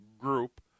group